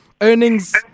Earnings